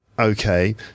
Okay